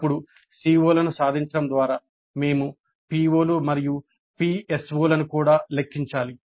అప్పుడు CO లను సాధించడం ద్వారా మేము PO లు మరియు PSO లను కూడా లెక్కించాలి